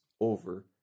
over